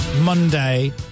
Monday